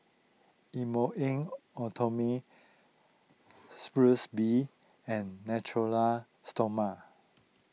Bee and Natura Stoma